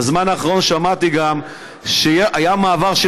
בזמן האחרון שמעתי גם שהיה מעבר של